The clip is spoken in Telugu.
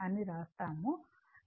అని రాస్తాము